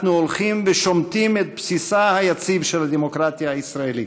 אנחנו הולכים ושומטים את בסיסה היציב של הדמוקרטיה הישראלית.